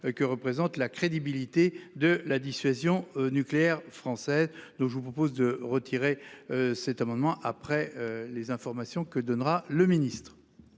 principal : la crédibilité de la dissuasion nucléaire française. Je vous propose de retirer cet amendement après les informations que donnera M. le ministre.